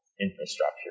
infrastructure